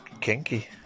kinky